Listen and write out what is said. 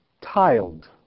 tiled